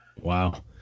Wow